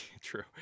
true